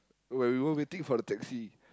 when we were waiting for the taxi